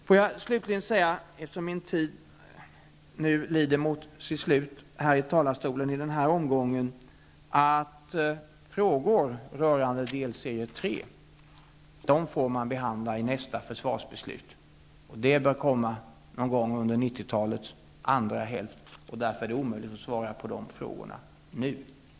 Låt mig slutligen säga, eftersom min tid i talarstolen nu lider mot sitt slut i den här omgången, att frågor rörande delserie 3 får vi behandla i nästa försvarsbeslut. Det bör komma någon gång under 90-talets andra hälft. Därför är det omöjligt att svara på de frågorna nu.